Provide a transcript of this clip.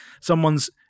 someone's